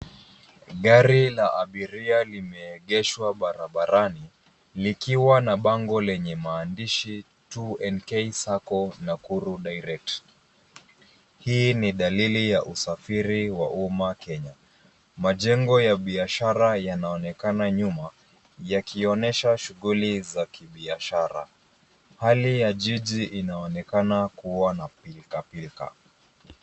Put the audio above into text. Gari la abiria limeegeshwa barabarani likiwa na bango lenye maandishi 2 NK Sacco Nakuru Direct. Hii ni dalili ya usafiri wa umma kenya. Majengo ya biashara yanaonekana nyuma yakionesha shughuli za kibiashara. Hali ya jiji inaonekana kuwa na birika.